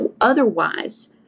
otherwise